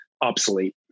obsolete